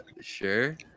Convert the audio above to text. sure